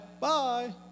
bye